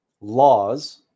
laws